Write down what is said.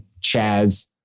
Chaz